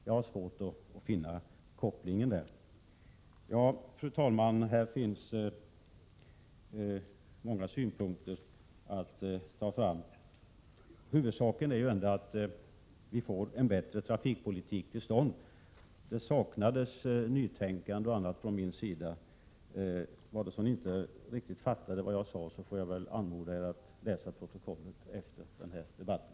Jag har svårt att finna kopplingen där. Fru talman! Här finns många synpunkter att ta fram. Huvudsaken är ändå att vi får en bättre trafikpolitik till stånd. Man har påstått att det saknades nytänkande och annat från min sida. Om ni inte riktigt fattade vad jag sade, får jag väl anmoda er att läsa protokollet efter den här debatten.